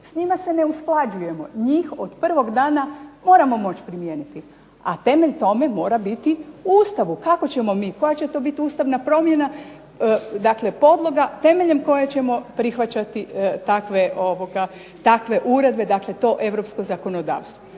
s njima se ne usklađujemo, njih od prvog dana moramo moći primijeniti, a temelj tome mora biti u Ustavu. Kako ćemo mi, koja će to biti Ustavna promjena, dakle podloga temeljem koje ćemo prihvaćati takve uredbe, dakle to Europsko zakonodavstvo.